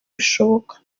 bishoboka